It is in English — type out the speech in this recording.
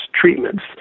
treatments